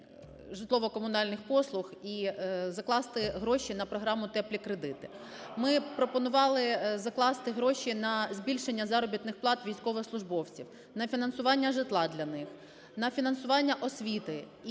житлово-комунальних послуг і закласти гроші на програму "теплі кредити". Ми пропонували закласти гроші на збільшення заробітних плат військовослужбовців, на фінансування житла для них, на фінансування освіти